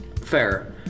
Fair